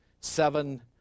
Seven